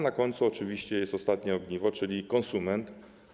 Na końcu oczywiście jest ostatnie ogniwo, czyli konsument.